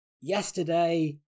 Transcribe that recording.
yesterday